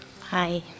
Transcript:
Hi